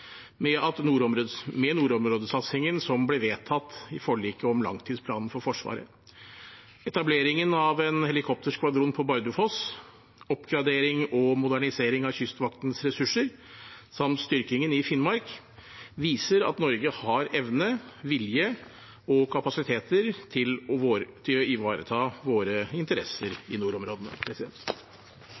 med nordområdesatsingen som ble vedtatt i forliket om langtidsplanen for Forsvaret. Etableringen av en helikopterskvadron på Bardufoss, oppgradering og modernisering av Kystvaktens ressurser samt styrkingen i Finnmark viser at Norge har evne, vilje og kapasiteter til å ivareta våre interesser i nordområdene.